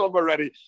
already